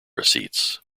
receipts